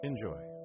Enjoy